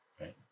right